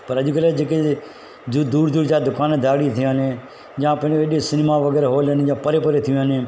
पर अॼुकल्ह जेके जो दूर दूर जा दुकानदारी थिया आहिनि या पंहिंजो सिनेमा हॉल हेॾे परे परे थी वया आहिनि